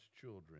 children